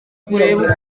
kureba